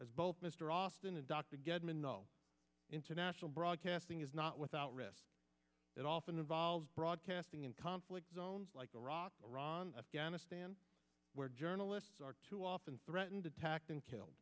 as both mr austin and doc to get monroe international broadcasting is not without risks that often involves broadcasting in conflict zones like iraq iran afghanistan where journalists are too often threatened attacked and killed